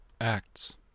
Acts